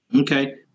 Okay